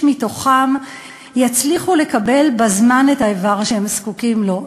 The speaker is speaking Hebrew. מתוכם יצליחו לקבל בזמן את האיבר שהם זקוקים לו,